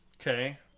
okay